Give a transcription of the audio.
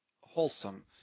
wholesome